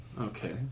Okay